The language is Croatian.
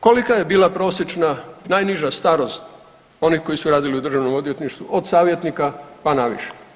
Kolika je bila prosječna najniža starost onih koji su radili u državnom odvjetništvu od savjetnika pa naviše?